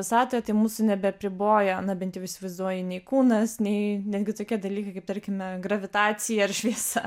visatoje tai mūsų nebeapriboja na bent įsivaizduoji nei kūnas nei netgi tokie dalykai kaip tarkime gravitacija ir šviesa